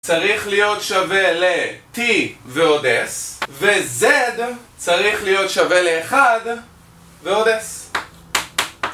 צריך להיות שווה ל-T ועוד S, ו-Z צריך להיות שווה ל-1 ועוד S